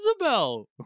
Isabel